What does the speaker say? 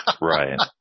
Right